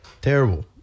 terrible